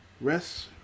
rest